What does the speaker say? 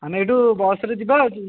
ଆମେ ଏଠୁ ବସ୍ରେ ଯିବା ଆଉ